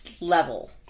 level